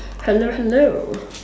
hello hello